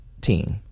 team